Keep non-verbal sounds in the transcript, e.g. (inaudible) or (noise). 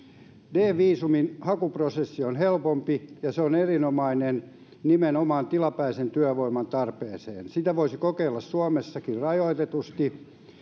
d viisumin hakuprosessi on helpompi ja se on erinomainen nimenomaan tilapäisen työvoiman tarpeeseen sitä voisi kokeilla suomessakin rajoitetusti (unintelligible)